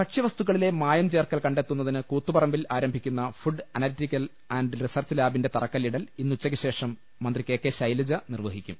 ഭക്ഷ്യവസ്തുക്കളിലെ മായം ചേർക്കൽ കണ്ടെത്തുന്നതിന് കൂത്തു പറമ്പിൽ ആരംഭിക്കുന്ന ഫുഡ് അനലറ്റിക്കൽ ആന്റ് റിസർച്ച് ലാബിന്റെ തറക്കല്ലിടൽ ഇന്നുച്ചക്കു ശേഷം മന്ത്രി കെ ക ശൈലജ നിർവഹിക്കും